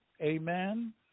Amen